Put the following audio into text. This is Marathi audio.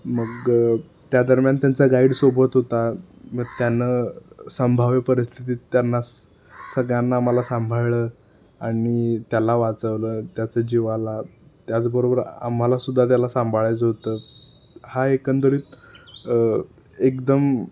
मग त्या दरम्यान त्यांचा गाईड सोबत होता मग त्यानं संभाव्य परिस्थितीत त्यांना सगळ्यांना आम्हाला सांभाळलं आणि त्याला वाचवलं त्याचं जीवाला त्याचबरोबर आम्हाला सुद्धा त्याला सांभाळायचं होतं हा एकंदरीत एकदम